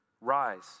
Rise